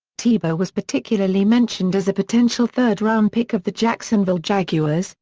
tebow was particularly mentioned as a potential third round pick of the jacksonville jaguars,